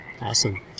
Awesome